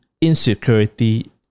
insecurity